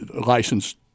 licensed